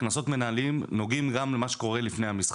הקנסות נוגעים גם למה שקורה לפני המשחק.